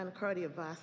cardiovascular